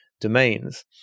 domains